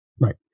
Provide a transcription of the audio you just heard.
Right